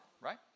right